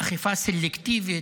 אכיפה סלקטיבית,